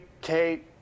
Kate